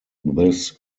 this